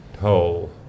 hole